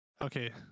okay